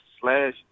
slash